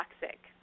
toxic